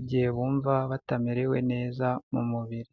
igihe bumva batamerewe neza mu mubiri.